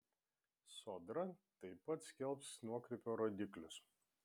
sodra taip pat skelbs nuokrypio rodiklius